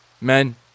Men